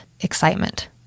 excitement